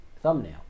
thumbnail